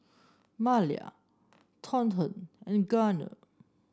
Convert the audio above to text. Malia Thornton and Gunner